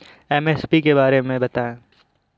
MSP के बारे में बतायें?